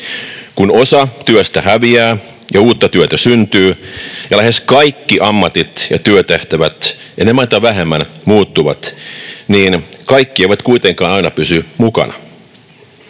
Kun osa työstä häviää ja uutta työtä syntyy ja lähes kaikki ammatit ja työtehtävät enemmän tai vähemmän muuttuvat, niin kaikki eivät kuitenkaan aina pysy mukana.